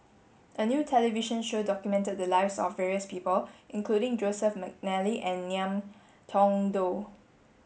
a new television show documented the lives of various people including Joseph Mcnally and Ngiam Tong Dow